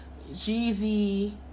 Jeezy